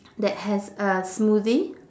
that has a smoothie